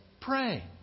pray